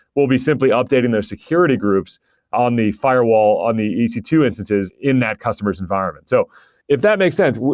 we'll be simply updating those security groups on the firewall on the e c two instances in that customer's environment. so if that makes sense,